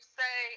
say